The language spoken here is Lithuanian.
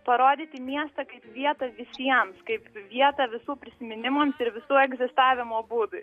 parodyti miestą kaip vietą visiems kaip vietą visų prisiminimams ir visų egzistavimo būdui